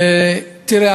תראה,